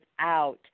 out